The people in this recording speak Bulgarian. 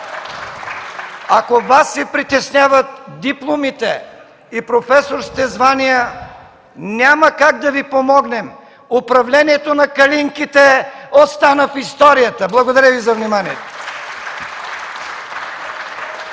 Ако Вас Ви притесняват дипломите и професорските звания, няма как да Ви помогнем – управлението на „калинките” остана в историята! Благодаря Ви за вниманието.